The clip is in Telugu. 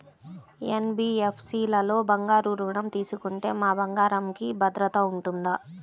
ఎన్.బీ.ఎఫ్.సి లలో బంగారు ఋణం తీసుకుంటే మా బంగారంకి భద్రత ఉంటుందా?